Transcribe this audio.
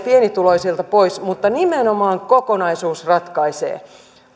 pienituloisilta pois mutta nimenomaan kokonaisuus ratkaisee sitten